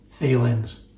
feelings